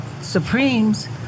Supremes